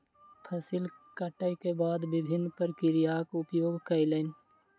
फसिल कटै के बाद विभिन्न प्रक्रियाक उपयोग कयलैन